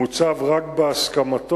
מוצב רק בהסכמתו,